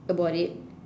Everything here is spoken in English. about it